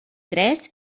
tres